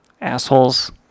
assholes